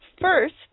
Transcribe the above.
first